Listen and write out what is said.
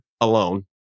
alone